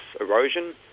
erosion